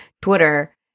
twitter